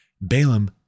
Balaam